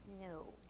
No